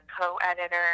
co-editor